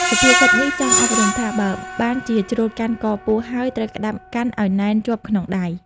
សុភាសិតនេះចង់អប់រំថា បើបានជាជ្រុលកាន់កពស់ហើយ ត្រូវក្ដាប់កាន់ឲ្យណែនជាប់ក្នុងដៃ ។